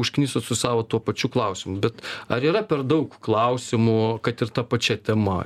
užknisot su savo tuo pačiu klausimu bet ar yra per daug klausimų kad ir ta pačia tema